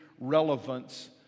relevance